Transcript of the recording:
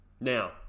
Now